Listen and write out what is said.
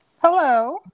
Hello